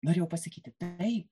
norėjau pasakyti tai